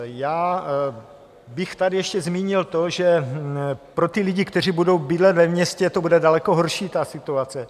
Já bych tady ještě zmínil to, že pro ty lidi, kteří budou bydlet ve městě, to bude daleko horší, ta situace.